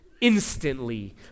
instantly